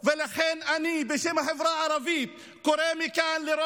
ולכן בשם החברה הערבית אני קורא מכאן לראש